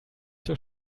zur